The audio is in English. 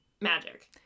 Magic